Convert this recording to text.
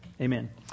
Amen